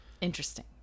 Interesting